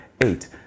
eight